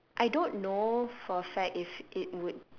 I don't know for a fact that if it would